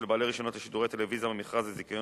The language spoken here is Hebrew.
בעלי רשיונות לשידורי טלוויזיה במכרז לזיכיון